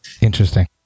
Interesting